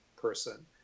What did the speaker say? person